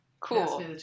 Cool